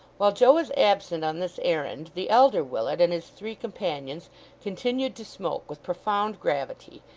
while joe was absent on this errand, the elder willet and his three companions continued to smoke with profound gravity,